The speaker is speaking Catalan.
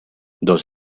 dos